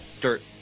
Dirt